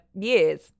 years